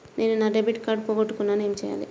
నేను నా debit card పోగొట్టుకున్నాను ఏమి చేయాలి?